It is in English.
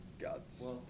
God's